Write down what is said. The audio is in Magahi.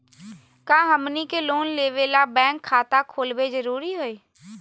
का हमनी के लोन लेबे ला बैंक खाता खोलबे जरुरी हई?